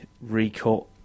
recut